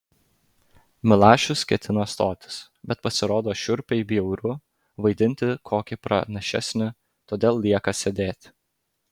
milašius ketina stotis bet pasirodo šiurpiai bjauru vaidinti kokį pranašesnį todėl lieka sėdėti